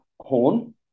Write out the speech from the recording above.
horn